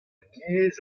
giez